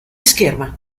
scherma